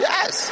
Yes